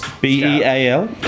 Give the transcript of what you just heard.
B-E-A-L